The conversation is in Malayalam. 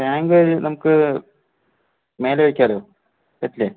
ടാങ്ക് അതിന് നമുക്ക് മേലെ വയ്ക്കാമല്ലൊ പറ്റില്ലേ